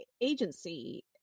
agency